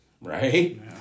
right